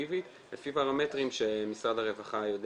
הנורמטיבית לפי פרמטרים שמשרד הרווחה יודע